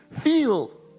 Feel